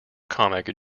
comic